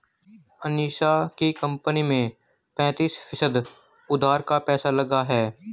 अनीशा की कंपनी में पैंतीस फीसद उधार का पैसा लगा है